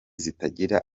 zitagira